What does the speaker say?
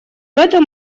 этом